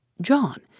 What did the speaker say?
John